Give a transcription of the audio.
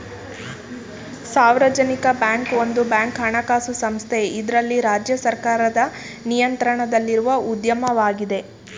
ಸಾರ್ವಜನಿಕ ಬ್ಯಾಂಕ್ ಒಂದು ಬ್ಯಾಂಕ್ ಹಣಕಾಸು ಸಂಸ್ಥೆ ಇದ್ರಲ್ಲಿ ರಾಜ್ಯ ಸರ್ಕಾರದ ನಿಯಂತ್ರಣದಲ್ಲಿರುವ ಉದ್ಯಮವಾಗಿದೆ